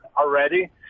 already